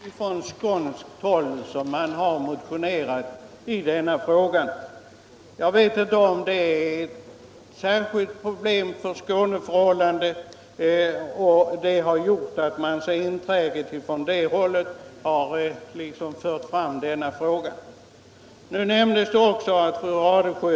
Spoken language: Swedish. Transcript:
Herr talman! Det är fullt riktigt att motionen är en gammal bekant. Det är också möjligt att det är främst från skånskt håll som det har motionerats om pyrotekniska varor. Jag vet inte om vi i Skåne har sär skilda problem som gjort att vi så enträget har fört fram denna fråga.